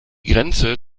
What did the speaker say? grenze